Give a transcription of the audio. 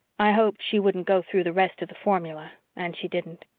i hoped she wouldn't go through the rest of the formula and she didn't.